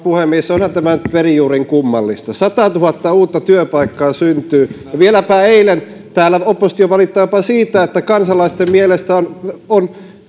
puhemies onhan tämä nyt perin juurin kummallista satatuhatta uutta työpaikkaa syntyy ja vieläpä eilen täällä oppositio valitti jopa siitä että kansalaisten mielestä suomi on